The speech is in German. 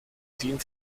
dient